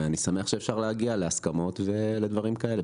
אני שמח שביחד אפשר להגיע להסכמות ולדברים כאלה.